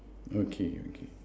okay okay